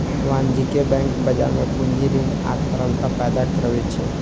वाणिज्यिक बैंक बाजार मे पूंजी, ऋण आ तरलता पैदा करै छै